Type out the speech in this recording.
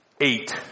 Eight